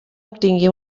obtingui